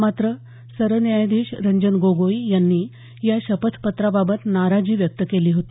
मात्र सरन्यायाधीश रंजन गोगोई यांनी या शपथपत्राबाबत नाराजी व्यक्त केली होती